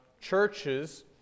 churches